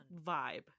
vibe